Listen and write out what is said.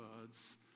words